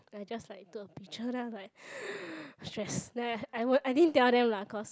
I just like took a picture then I was like stressed then I I won't I didn't tell them lah cause